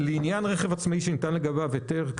לעניין רכב עצמאי שניתן לגביו היתר,